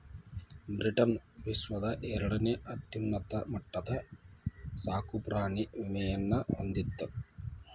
Britain ವಿಶ್ವದ ಎರಡನೇ ಅತ್ಯುನ್ನತ ಮಟ್ಟದ ಸಾಕುಪ್ರಾಣಿ ವಿಮೆಯನ್ನ ಹೊಂದಿತ್ತ